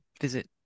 visit